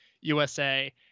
USA